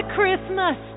Christmas